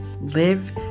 Live